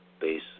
base